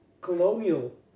colonial